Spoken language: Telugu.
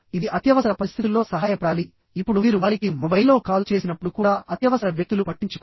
ఇది అత్యవసర పరిస్థితుల్లో సహాయపడాలి ఇప్పుడు మీరు వారికి మొబైల్లో కాల్ చేసినప్పుడు కూడా అత్యవసర వ్యక్తులు పట్టించుకోరు